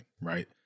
right